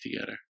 together